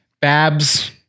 Babs